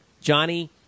Johnny